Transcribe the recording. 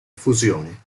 fusione